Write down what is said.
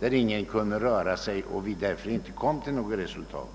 där ingen kunde röra sig och som därför inte medförde något resultat.